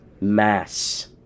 Mass